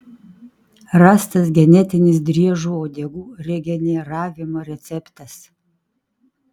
rastas genetinis driežų uodegų regeneravimo receptas